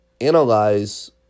analyze